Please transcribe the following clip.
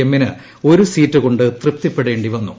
എമ്മിന് ഒരു സീറ്റ് കൊണ്ട് തൃപ്തിപ്പെടേണ്ടി വന്നു